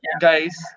guys